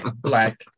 black